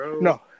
no